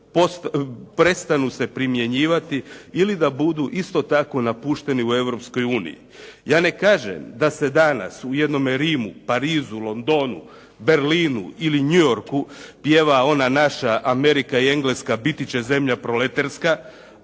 prestanu se primjenjivati ili da budu isto tako napušteni u Europskoj uniji? Ja ne kažem da se danas u jednome Rimu, Parizu, Londonu, Berlinu ili New Yorku pjeva ona naša "Amerika i Engleska biti će zemlja proleterska"